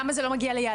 למה זה לא מגיע לייעדו?